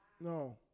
No